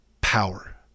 power